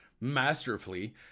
masterfully